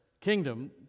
kingdom